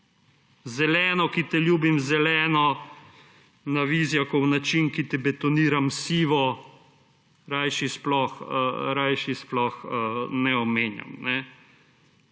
Zeleno, ki te ljubim, zeleno, na Vizjakov način, ki te betoniram sivo – rajši sploh ne omenjam.